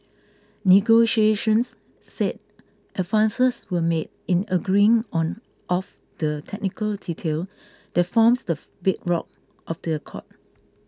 negotiations said advances were made in agreeing on of the technical detail that forms the bedrock of the accord